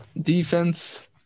defense